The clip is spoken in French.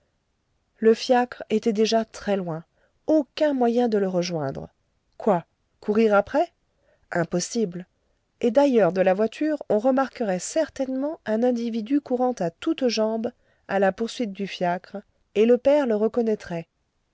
le fiacre était déjà très loin aucun moyen de le rejoindre quoi courir après impossible et d'ailleurs de la voiture on remarquerait certainement un individu courant à toutes jambes à la poursuite du fiacre et le père le reconnaîtrait